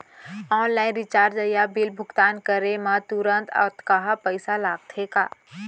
Online recharge या bill भुगतान करे मा तुरंत अक्तहा पइसा लागथे का?